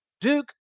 Duke